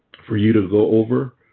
for you to go over.